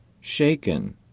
shaken